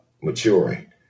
maturing